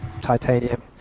titanium